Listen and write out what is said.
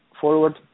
forward